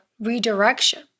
redirection